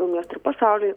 miestui ir pasauliui